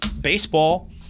baseball